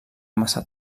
massa